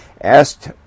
asked